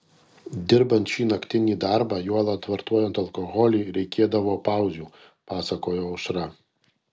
dirbant šį naktinį darbą juolab vartojant alkoholį reikėdavo pauzių pasakojo aušra